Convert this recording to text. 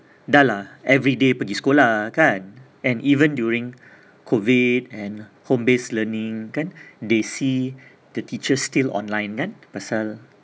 dah lah every day pergi sekolah kan and even during COVID and home based learning kan they see the teacher still online kan pasal